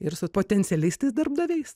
ir su potencialiais tais darbdaviais